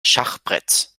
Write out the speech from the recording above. schachbretts